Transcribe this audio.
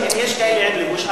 אם יש כאלה עם לבוש,